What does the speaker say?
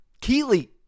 Keely